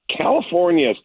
California